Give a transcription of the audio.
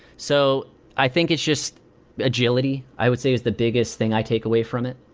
so i think it's just agility, i would say, is the biggest thing i take away from it.